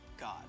god